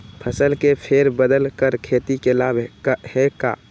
फसल के फेर बदल कर खेती के लाभ है का?